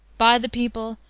by the people,